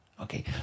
Okay